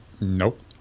Nope